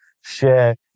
Share